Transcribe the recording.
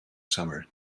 summer